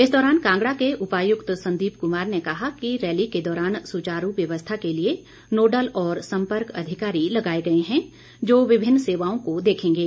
इस दौरान कांगड़ा के उपायुक्त संदीप कुमार ने कहा कि रैली के दौरान सुचारू व्यवस्था के लिए नोडल और संपर्क अधिकारी लगाए गए हैं जो विभिन्न सेवाओं को देखेंगे